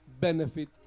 benefit